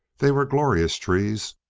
they were glorious trees,